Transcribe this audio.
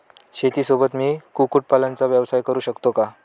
शेतीसोबत मी कुक्कुटपालनाचा व्यवसाय करु शकतो का?